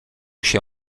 się